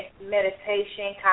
meditation